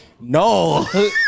No